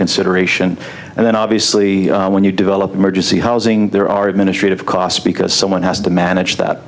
consideration and then obviously when you develop emergency housing there are administrative costs because someone has to manage that